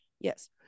Yes